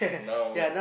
now